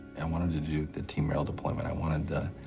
and wanted to do the team merrill deployment. i wanted the,